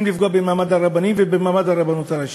לפגוע במעמד הרבנים ובמעמד הרבנות הראשית?